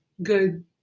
good